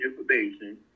information